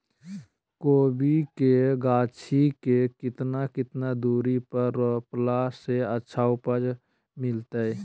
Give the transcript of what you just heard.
कोबी के गाछी के कितना कितना दूरी पर रोपला से अच्छा उपज मिलतैय?